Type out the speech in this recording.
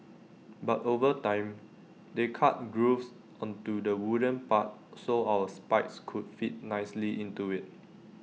but over time they cut grooves onto the wooden part so our spikes could fit nicely into IT